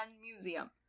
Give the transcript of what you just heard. museum